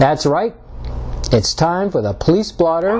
that's right it's time for the police blotter